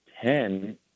ten